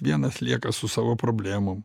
vienas lieka su savo problemom